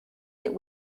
that